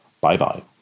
bye-bye